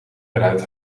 eruit